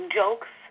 jokes